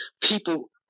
people